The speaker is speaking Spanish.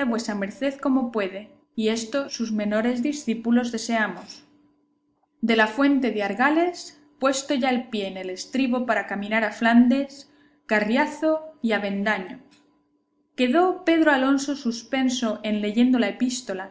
a vuesa merced como puede y estos sus menores discípulos deseamos de la fuente de argales puesto ya el pie en el estribo para caminar a flandes carriazo y avendaño quedó pedro alonso suspenso en leyendo la epístola